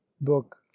book